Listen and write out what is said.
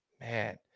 man